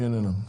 אוקיי.